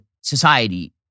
society